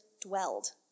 dwelled